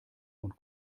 und